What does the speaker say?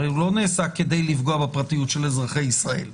הרי הוא לא נעשה כדי לפגוע בפרטיות של אזרחי ישראל,